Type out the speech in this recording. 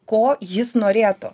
ko jis norėtų